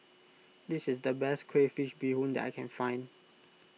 this is the best Crayfish BeeHoon that I can find